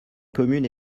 commune